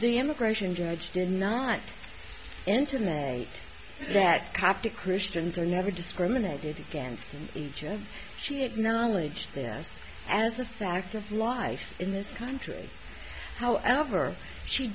the immigration judge did not intimate that coptic christians are never discriminated against each other she acknowledged this as a fact of life in this country however she